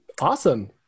Awesome